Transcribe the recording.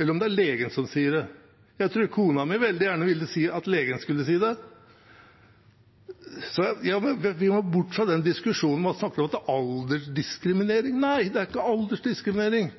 enn om det er legen som sier det. Jeg tror kona mi veldig gjerne ville at det var legen som skulle si det. Vi må bort fra den diskusjonen der vi snakker om at det er aldersdiskriminering. Nei, det er ikke